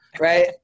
right